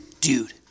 dude